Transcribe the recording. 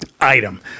item